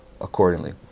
accordingly